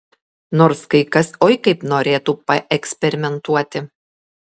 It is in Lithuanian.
nors kai kas oi kaip norėtų paeksperimentuoti